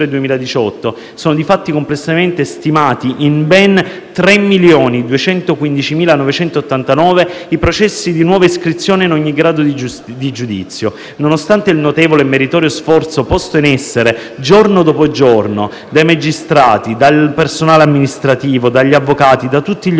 2018 sono infatti complessivamente stimati in ben 3.215.989 i processi di nuova iscrizione in ogni grado di giudizio. Nonostante il notevole e meritorio sforzo posto in essere, giorno dopo giorno, dai magistrati, dal personale amministrativo, dagli avvocati e da tutti gli